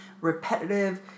repetitive